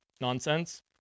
nonsense